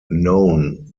noun